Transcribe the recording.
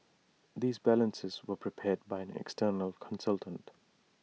these balances were prepared by an external consultant